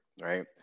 Right